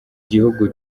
gihugu